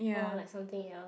or like something else